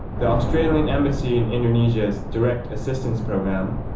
the australian embassy in indonesia's direct assistance program,